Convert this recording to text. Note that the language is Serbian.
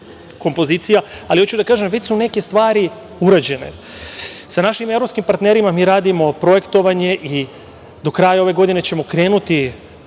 ali hoću da kažem već su neke stvari urađene. Sa našim evropskim partnerima mi radimo projektovanje i do kraja ove godine ćemo krenuti